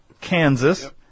Kansas